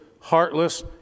heartless